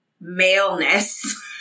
maleness